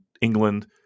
England